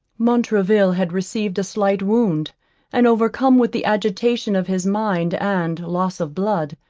montraville had received a slight wound and overcome with the agitation of his mind and loss of blood,